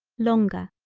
longer,